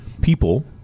People